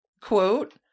quote